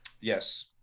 Yes